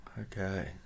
Okay